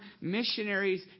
missionaries